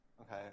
okay